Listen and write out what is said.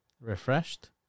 refreshed